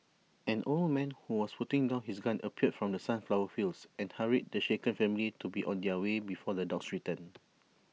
an old man who was putting down his gun appeared from the sunflower fields and hurried the shaken family to be on their way before the dogs return